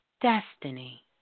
destiny